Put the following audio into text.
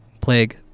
plague